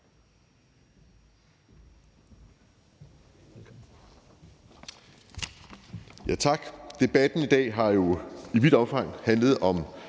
Tak. Debatten i dag har jo i vidt omfang handlet om